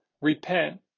Repent